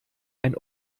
ein